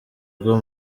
rwo